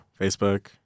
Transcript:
Facebook